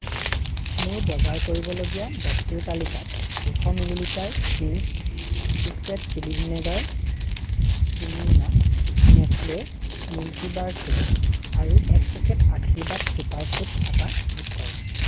মোৰ বজাৰ কৰিবলগীয়া বস্তুৰ তালিকাত দুশ millilitre Ching's Secret chilli vinegar তিনি মোনা নেচ্লে মিল্কিবাৰ চৌ আৰু এক পেকেট আশীৰ্বাদ ছুপাৰ ফুডছ আটা যোগ কৰা